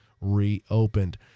reopened